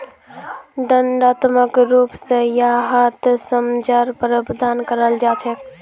दण्डात्मक रूप स यहात सज़ार प्रावधान कराल जा छेक